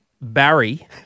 Barry